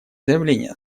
заявление